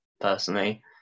personally